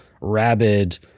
rabid